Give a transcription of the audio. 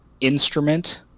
instrument